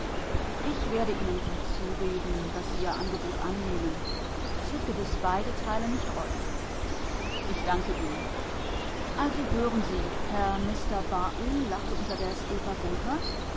ich werde ihnen gut zureden daß sie ihr angebot annehmen es wird gewiß beide teile nicht reuen ich danke ihnen also hören sie herr mister barthel lachte unterdes eva